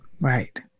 Right